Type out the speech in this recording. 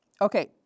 okay